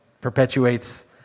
perpetuates